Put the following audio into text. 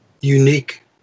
unique